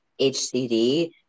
HCD